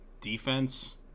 defense